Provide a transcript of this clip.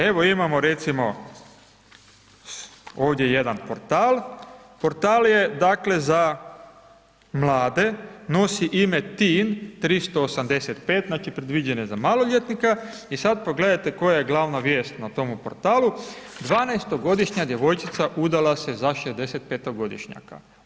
Evo imamo recimo ovdje jedan portal, portal je dakle za mlade, nosi ime Tin 385, znači predviđen je za maloljetnika i sad pogledajte koja je glavna vijest na tom portalu, 12-to godišnja djevojčica udala se za 65-to godišnjaka.